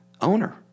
owner